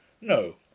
No